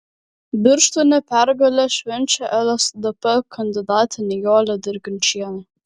birštone pergalę švenčia lsdp kandidatė nijolė dirginčienė